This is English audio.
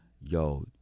Yo